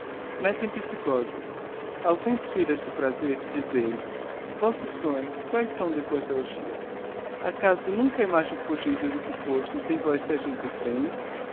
rosto metempsychose ausentes filhas do prazer dizei-me vossos sonhos quaes são depois da orgia acaso nunca a imagem fugidia do que fostes em vós se agita e freme